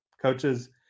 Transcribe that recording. Coaches